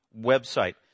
website